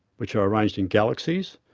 which are arranged in galaxies,